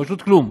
פשוט כלום.